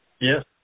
Yes